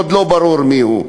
עוד לא ברור מיהו.